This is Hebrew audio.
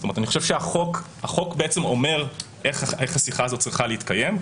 אני חושב שהחוק אומר איך השיחה הזאת צריכה להתקיים.